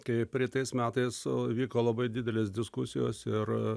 kai praeitais metais vyko labai didelės diskusijos ir